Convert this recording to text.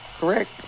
correct